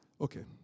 Okay